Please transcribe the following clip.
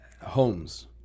homes